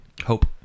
Hope